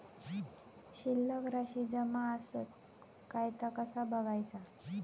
शिल्लक राशी जमा आसत काय ता कसा बगायचा?